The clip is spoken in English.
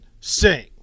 Sing